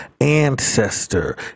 ancestor